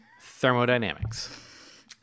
Thermodynamics